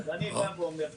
אז אני בא ואומר כך: